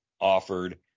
offered